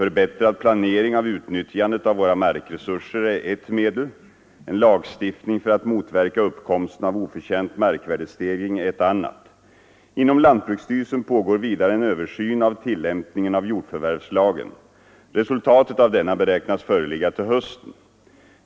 En förbättrad planering av utnyttjandet av våra markresurser är ett medel. En lagstiftning för att motverka uppkomsten av oförtjänt markvärdestegring är ett annat. Inom lantbruksstyrelsen pågår vidare en översyn av tillämpningen av jordförvärvslagen. Resultatet av denna beräknas föreligga till hösten.